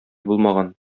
булмаган